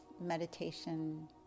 meditation